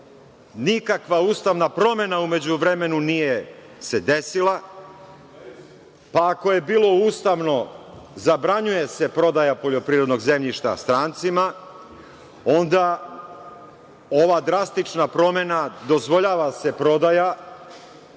nikakva ustavna promena u međuvremenu nije se desila, pa ako je bilo ustavno, zabranjuje se prodaja poljoprivrednog zemljišta strancima, onda ova drastična promena – dozvoljava se prodaja,